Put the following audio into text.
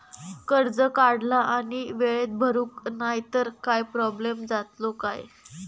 कर्ज काढला आणि वेळेत भरुक नाय तर काय प्रोब्लेम जातलो काय?